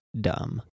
dumb